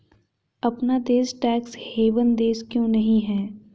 अपना देश tax haven देश क्यों नहीं है?